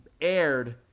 aired